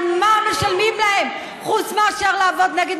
על מה משלמים להם חוץ מאשר על לעבוד נגד